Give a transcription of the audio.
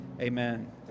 Amen